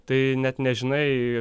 tai net nežinai